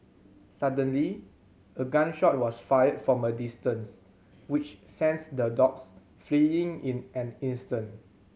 suddenly a gun shot was fired from a distance which sends the dogs fleeing in an instant